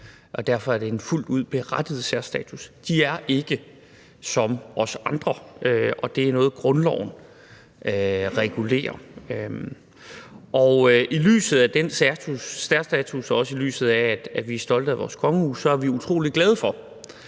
Derfor er det en fuldt ud berettiget særstatus. De er ikke som os andre, og det er noget, grundloven regulerer. I lyset af den særstatus – også i lyset af at vi er stolte af vores kongehus – er vi utrolig glade for,